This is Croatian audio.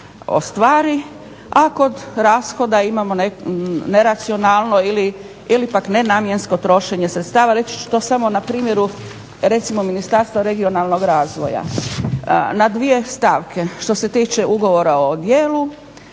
a kod rashoda imamo neracionalno ili pak nenamjensko trošenje sredstava. Reći ću to samo na primjeru recimo Ministarstva regionalnog razvoja. Na dvije stavke što se tiče Ugovora o djelu,